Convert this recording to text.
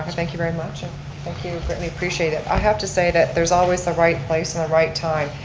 thank you very much and thank you, greatly appreciated. i have to say that there's always the right place and the right time.